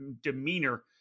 demeanor